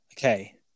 Okay